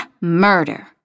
Murder